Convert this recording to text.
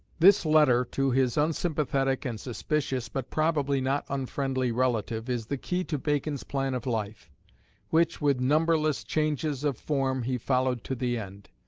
this letter to his unsympathetic and suspicious, but probably not unfriendly relative, is the key to bacon's plan of life which, with numberless changes of form, he followed to the end.